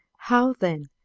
how, then,